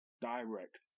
direct